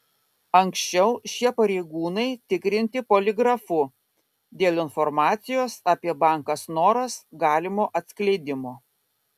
anksčiau šie pareigūnai tikrinti poligrafu dėl informacijos apie banką snoras galimo atskleidimo